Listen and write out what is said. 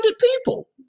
people